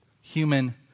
human